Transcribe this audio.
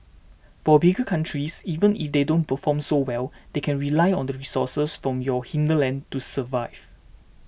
for bigger countries even if they don't perform so well they can rely on the resources from your hinterland to survive